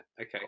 okay